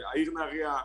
העיר נהריה,